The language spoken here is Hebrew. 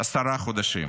עשרה חודשים.